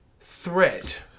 threat